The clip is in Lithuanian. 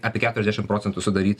apie keturiasdešim procentų sudaryt